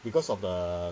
because of the